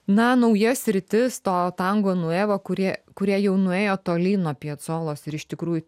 na nauja sritis to tango nueva kurie kurie jau nuėjo tolyn nuo piacolos ir iš tikrųjų